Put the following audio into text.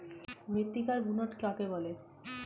মৃত্তিকার বুনট কাকে বলে?